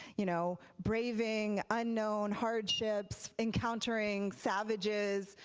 you know braving unknown hardships, encountering savages,